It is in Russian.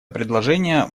предложение